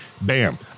bam